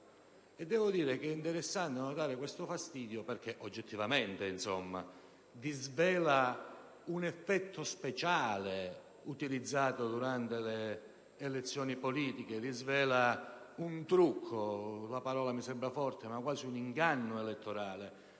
al Sud. È interessante notare questo fastidio perché oggettivamente disvela un effetto speciale utilizzato durante le elezioni politiche, rivela un trucco (la parola mi sembra forte), quasi un inganno elettorale,